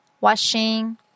washing